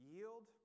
Yield